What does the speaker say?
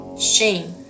shame